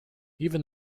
even